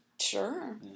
Sure